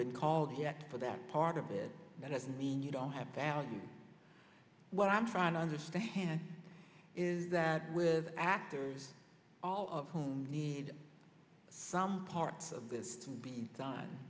been called yet for that part of it that doesn't mean you don't have to add what i'm trying to understand is that with actors all of home need some parts of this would be